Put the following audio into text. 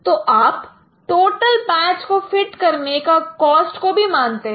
तो आप total patch को फिट करने का कॉस्ट को भी मानते हैं